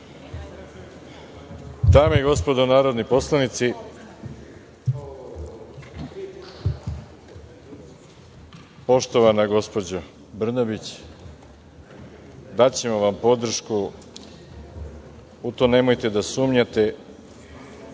Dame i gospodo narodni poslanici, poštovana gospođo Brnabić, daćemo vam podršku, u to nemojte da sumnjate,